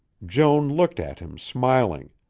joan looked at him smiling.